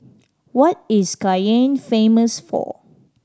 what is Cayenne famous for